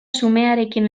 xumearekin